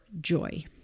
joy